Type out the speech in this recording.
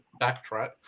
backtrack